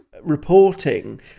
reporting